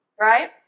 right